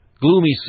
Gloomy